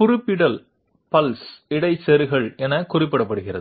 குறிப்பிடல் pulse இடைச்செருகல் என குறிப்பிடப்படுகிறது